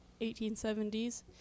1870s